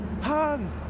Hans